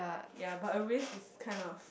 ya but a waste is kind of